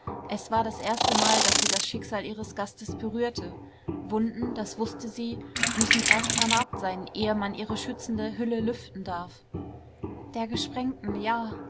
es war das erstemal daß sie das schicksal ihres gastes berührte wunden das wußte sie müssen erst vernarbt sein ehe man ihre schützende hülle lüften darf der gesprengten ja